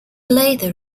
later